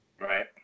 Right